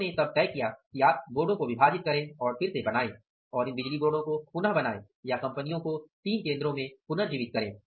उन्होंने तब तय किया आप विभाजित करे और बनाये और इन बिजली बोर्डो को पुनः बनाये या कंपनियों को तीन केंद्रों में पुनर्जीवित करे